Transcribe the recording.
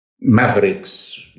mavericks